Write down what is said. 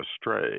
astray